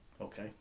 okay